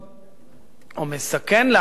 או מסכן לעקר מן היסוד,